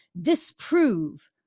disprove